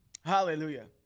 Hallelujah